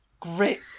Great